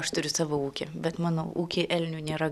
aš turiu savo ūkį bet mano ūky elnių nėra